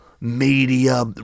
media